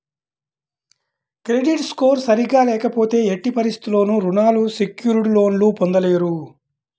credit score సరిగ్గా లేకపోతే ఎట్టి పరిస్థితుల్లోనూ రుణాలు సెక్యూర్డ్ లోన్లు పొందలేరు